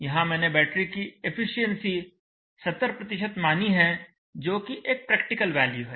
यहां मैंने बैटरी की एफिशिएंसी 70 मानी है जोकि एक प्रैक्टिकल वैल्यू है